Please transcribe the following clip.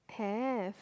have